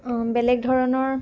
বেলেগ ধৰণৰ